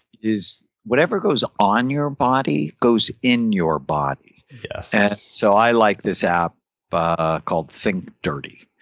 is whatever goes on your body goes in your body yes yeah so i like this app but called think dirty.